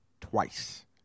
twice